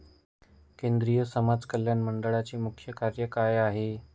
केंद्रिय समाज कल्याण मंडळाचे मुख्य कार्य काय आहे?